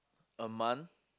a month